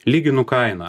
lyginu kainą